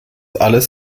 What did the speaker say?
alles